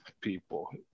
people